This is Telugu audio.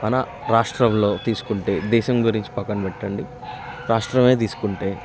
మన రాష్ట్రంలో తీసుకుంటే దేశం గురించి పక్కన పెట్టండి రాష్ట్రమే తీసుకుంటే